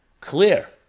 clear